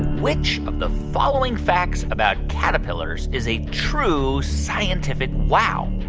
which of the following facts about caterpillars is a true scientific wow?